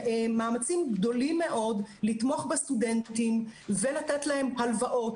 מאמצים גדולים מאוד לתמוך בסטודנטים ולתת להם הלוואות